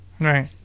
Right